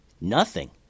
Nothing